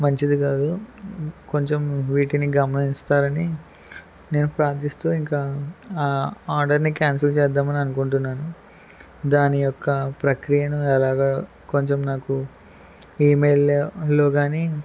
మంచిది కాదు కొంచెం వీటిని గమనించుతారని నేను ప్రార్థిస్తూ ఇంకా ఆ ఆర్డర్ని క్యాన్సిల్ చేద్దాం అని అనుకుంటున్నాను దాని యొక్క ప్రక్రియను ఎలాగో కొంచెం నాకు ఈమెయిల్లో గానీ